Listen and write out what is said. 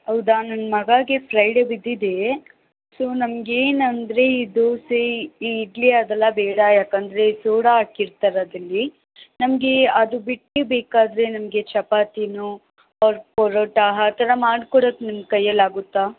ಹೌದಾ ನನ್ನ ಮಗಾಗೆ ಫ್ರೈಡೆ ಬಿದ್ದಿದೆ ಸೊ ನಮಗೇನಂದ್ರೆ ಇದು ಸೀ ಈ ಇಡ್ಲಿ ಅದೆಲ್ಲ ಬೇಡ ಯಾಕಂದರೆ ಸೋಡಾ ಹಾಕಿರ್ತಾರದ್ರಲ್ಲಿ ನಮಗೆ ಅದುಬಿಟ್ಟು ಬೇಕಾದರೆ ನಮಗೆ ಚಪಾತಿನೊ ಆರ್ ಪರೋಟ ಆ ಥರ ಮಾಡ್ಕೊಡಕ್ಕೆ ನಿಮ್ಮ ಕೈಯಲ್ಲಿ ಆಗುತ್ತಾ